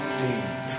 deep